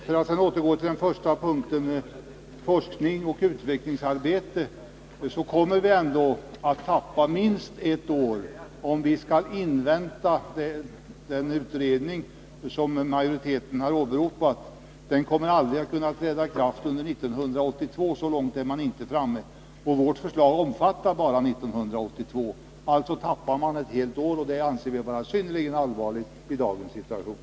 För att återgå till den första punkten, forskningsoch utvecklingsarbete, vill jag framhålla att vi kommer att tappa minst ett år om vi skall invänta den utredning som majoriteten har åberopat. Lagen kommer aldrig att kunna träda i kraft under 1982, och vårt förslag omfattar bara 1982. Alltså tappar man ett helt år, och det anser vi är synnerligen allvarligt i dagens situation.